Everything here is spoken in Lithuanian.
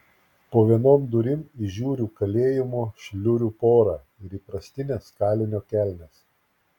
po vienom durim įžiūriu kalėjimo šliurių porą ir įprastines kalinio kelnes